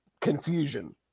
confusion